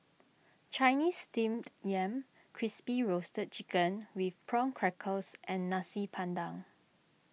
Chinese Steamed Yam Crispy Roasted Chicken with Prawn Crackers and Nasi Padang